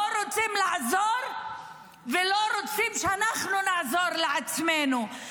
לא רוצים לעזור ולא רוצים שאנחנו נעזור לעצמנו,